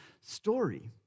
story